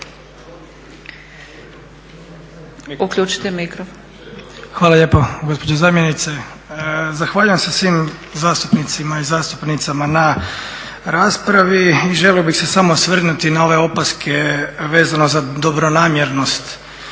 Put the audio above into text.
Hvala lijepa gospođo zamjenice. Zahvaljujem se svim zastupnicima i zastupnicama na raspravi i želio bih se samo osvrnuti na ove opaske vezano za dobronamjernost